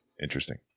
interesting